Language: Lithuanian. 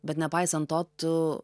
bet nepaisant to tu